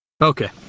Okay